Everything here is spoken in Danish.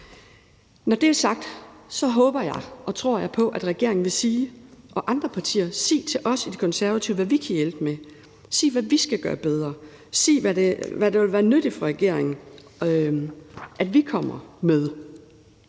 Når det er sagt, håber og tror jeg på, at regeringen og andre partier vil sige til os i Det Konservative Folkeparti, hvad vi kan hjælpe med, hvad vi skal gøre bedre, hvad der vil være nyttigt for regeringen at vi kommer med.